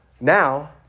Now